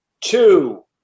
two